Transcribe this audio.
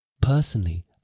Personally